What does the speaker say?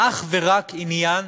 אך ורק עניין